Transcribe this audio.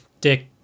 Dick